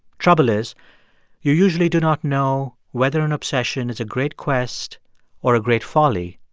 trouble is you usually do not know whether an obsession is a great quest or a great folly